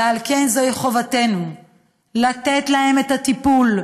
ועל כן, זוהי חובתנו לתת להם את הטיפול,